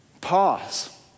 Pause